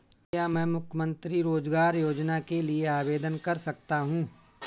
क्या मैं मुख्यमंत्री रोज़गार योजना के लिए आवेदन कर सकता हूँ?